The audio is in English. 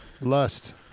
lust